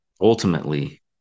ultimately